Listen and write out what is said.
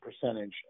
percentage